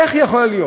איך יכול להיות